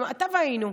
אתה ואני היינו.